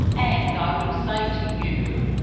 and i would say to you